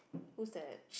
who's that